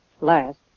last